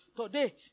Today